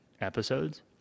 episodes